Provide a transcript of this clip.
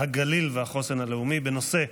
הגליל והחוסן הלאומי בנושא: